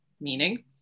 meaning